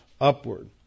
upward